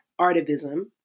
artivism